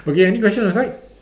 okay any question on your side